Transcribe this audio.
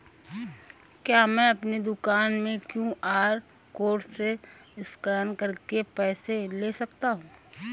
क्या मैं अपनी दुकान में क्यू.आर कोड से स्कैन करके पैसे ले सकता हूँ?